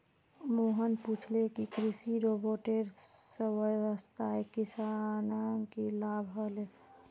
मोहन पूछले कि कृषि रोबोटेर वस्वासे किसानक की लाभ ह ले